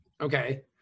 Okay